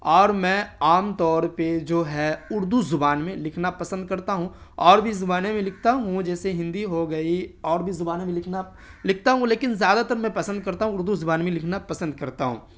اور میں عام طور پہ جو ہے اردو زبان میں لکھنا پسند کرتا ہوں اور بھی زبانیں بھی لکھتا ہوں جیسے ہندی ہو گئی اور بھی زبانیں میں لکھنا لکھتا ہوں لیکن زیادہ تر میں پسند کرتا ہوں اردو زبان میں لکھنا پسند کرتا ہوں